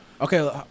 Okay